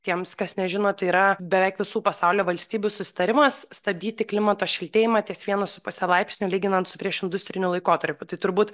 tiems kas nežino tai yra beveik visų pasaulio valstybių susitarimas stabdyti klimato šiltėjimą ties vienu su puse laipsnių lyginant su priešindustriniu laikotarpiu tai turbūt